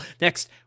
next